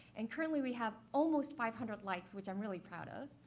and currently we have almost five hundred likes, which i'm really proud of.